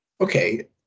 Okay